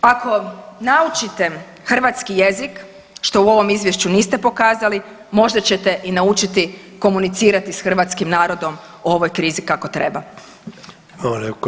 Ako naučite hrvatski jezik što u ovom izvješću niste pokazali možda ćete i naučiti komunicirati sa hrvatskim narodom o ovoj krizi kako treba.